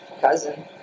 cousin